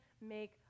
make